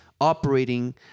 operating